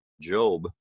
Job